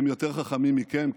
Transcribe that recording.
הם יותר חכמים מכם,